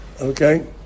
okay